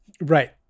Right